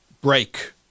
break